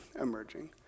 emerging